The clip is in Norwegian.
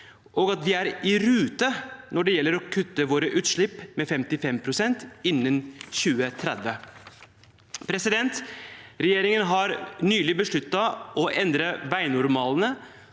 og at vi er i rute når det gjelder å kutte våre utslipp med 55 pst. innen 2030. Regjeringen har nylig besluttet å endre veinormalene,